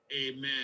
Amen